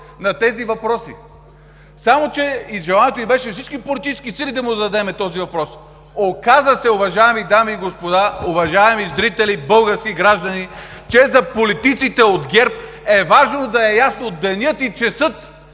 на тези въпроси. Желанието ни беше от всички политически сили да му зададем този въпрос. Оказа се, уважаеми дами и господа, уважаеми зрители, български граждани, че за политиците от ГЕРБ е важно да е ясен денят и часът